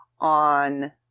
on